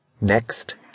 Next